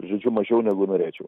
žaidžiu mažiau negu norėčiau